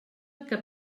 que